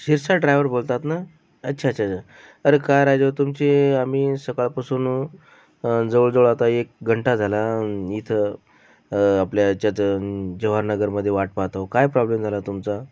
Shirsat driver बोलतात ना अच्छा अच्छा अच्छा अरे काय राजेहो तुमची आम्ही सकाळपासून जवळजवळ आता एक घंटा झाला इथं आपल्या याच्यात जवाहरनगरमध्ये वाट पाहत आहो काय प्रॉब्लेम झाला तुमचा